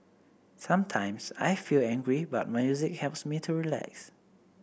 sometimes I feel angry but music helps me to relax